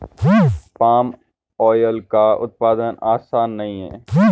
palm oil का उत्पादन आसान नहीं है